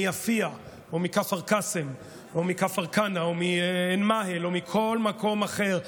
מיפיע או מכפר קאסם או מכפר כנא או מעין מאהל או מכל מקום אחר,